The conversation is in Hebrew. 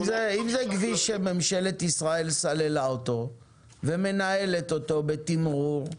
אם זה כביש שממשלת ישראל סללה אותו ומנהלת אותו בתמרור,